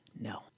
No